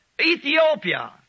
Ethiopia